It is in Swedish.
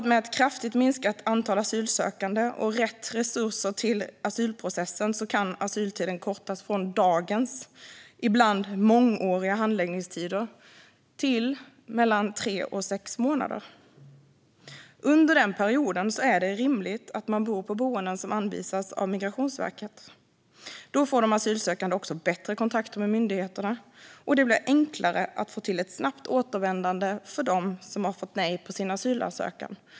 Med kraftigt minskat antal asylsökande och rätt resurser till asylprocessen kan asyltiden kortas från dagens ibland mångåriga handläggningstider till mellan tre och sex månader. Under den perioden är det rimligt att man bor på boenden som anvisas av Migrationsverket. Då får de asylsökande också bättre kontakter med myndigheterna, och det blir enklare att få till ett snabbt återvändande för dem som har fått nej på sin asylansökan.